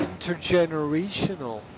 intergenerational